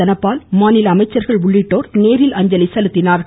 தனபால் மாநில அமைச்சர்கள் ஆகியோர் நேரில் அஞ்சலி செலுத்தினர்